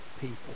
people